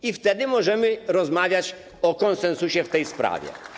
I wtedy możemy rozmawiać o konsensusie w tej sprawie.